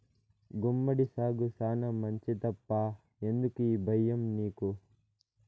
గుమ్మడి సాగు శానా మంచిదప్పా ఎందుకీ బయ్యం నీకు